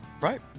Right